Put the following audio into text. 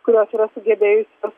kurios yra sugebėjusios